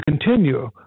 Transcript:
continue